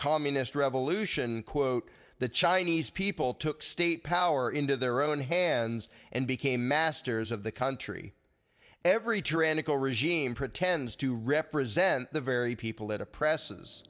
communist revolution quote the chinese people took state power into their own hands and became masters of the country every tyrannical regime pretends to represent the very people that oppresses